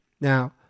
Now